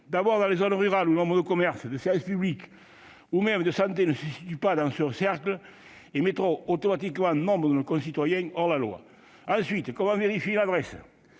D'abord, dans les zones rurales, nombre de commerces et de services publics ou même de santé ne se situent pas dans un tel cercle, ce qui mettra automatiquement nombre de nos concitoyens hors la loi. Ensuite, comment vérifier une adresse